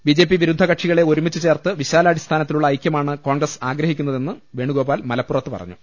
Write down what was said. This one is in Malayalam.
ബി ജെപി വിരുദ്ധ കക്ഷികളെ ഒരുമിച്ച് ചേർത്ത് വിശാ ലടിസ്ഥാനത്തിലുള്ള ഐക്യമാണ് കോൺഗ്രസ് ആഗ്രഹിക്കുന്ന തെന്ന് വേണുഗോപാൽ മലപ്പുറത്ത് അറിയിച്ചു